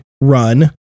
run